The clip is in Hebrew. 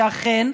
ואכן,